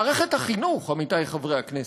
מערכת החינוך, עמיתי חברי הכנסת,